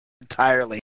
entirely